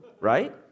right